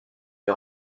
les